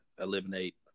eliminate